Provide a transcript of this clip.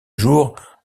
jour